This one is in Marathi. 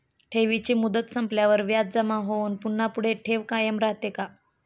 ठेवीची मुदत संपल्यावर व्याज जमा होऊन पुन्हा पुढे ठेव कायम राहते का?